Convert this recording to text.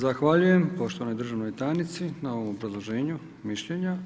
Zahvaljujem poštovanoj državnoj tajnici na ovom obrazloženju mišljenja.